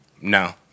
no